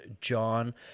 John